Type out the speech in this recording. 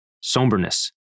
somberness